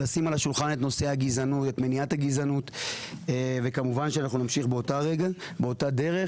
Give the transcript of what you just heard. לשים על השולחן את מניעת הגזענות וכמובן שאנחנו נמשיך באותה דרך.